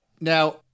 Now